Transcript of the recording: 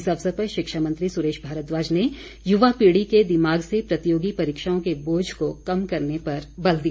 इस अवसर पर शिक्षा मंत्री सुरेश भारद्वाज ने युवा पीढ़ी के दिमाग से प्रतियोगी परीक्षाओं के बोझ को कम करने पर बल दिया